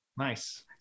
Nice